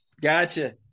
Gotcha